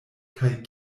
kaj